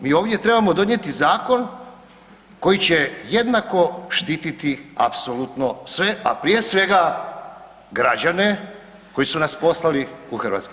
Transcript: Mi ovdje trebamo donijeti zakon koji će jednako štititi apsolutno sve, a prije svega građane koji su nas poslali u HS.